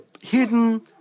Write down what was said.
hidden